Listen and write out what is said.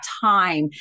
time